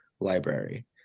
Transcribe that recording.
Library